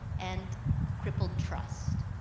and crippled trust.